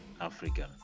Africa